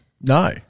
No